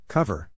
Cover